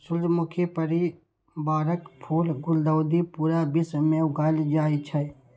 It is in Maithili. सूर्यमुखी परिवारक फूल गुलदाउदी पूरा विश्व मे उगायल जाए छै